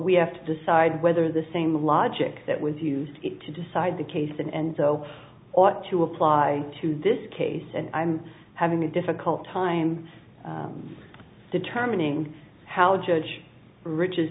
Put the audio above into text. we have to decide whether the same logic that was used to decide the case and so ought to apply to this case and i'm having a difficult time determining how judge rich